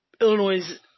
Illinois